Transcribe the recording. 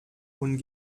und